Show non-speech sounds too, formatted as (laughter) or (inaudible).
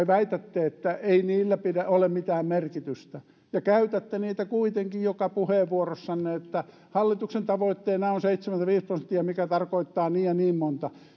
(unintelligible) väitätte että ei niillä ole mitään merkitystä ja käytätte niitä kuitenkin joka puheenvuorossanne sanoen että hallituksen tavoitteena on seitsemänkymmentäviisi prosenttia mikä tarkoittaa niin ja niin monta